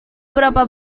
berapa